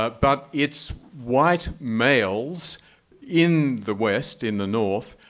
but but it's white males in the west, in the north,